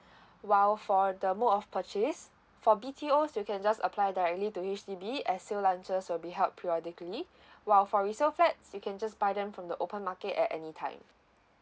while for the mode of purchase for B_T_Os you can just apply directly to H_D_B as sale launches will be held periodically while for resale flats you can just buy them from the open market at any time